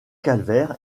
calvaire